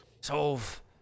solve